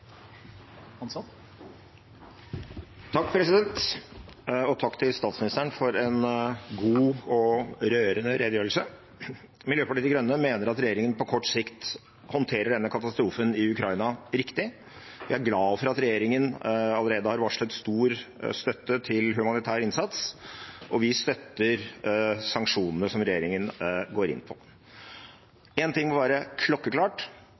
Takk til statsministeren for en god og rørende redegjørelse. Miljøpartiet De Grønne mener at regjeringen på kort sikt håndterer denne katastrofen i Ukraina riktig. Jeg er glad for at regjeringen allerede har varslet stor støtte til humanitær innsats, og vi støtter sanksjonene som regjeringen går inn på. Én ting må være klokkeklart: